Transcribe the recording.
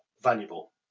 valuable